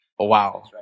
Wow